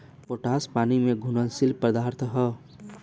potash पानी में घुलनशील पदार्थ ह